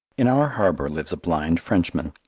in our harbour lives a blind frenchman,